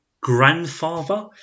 grandfather